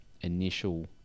initial